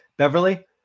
Beverly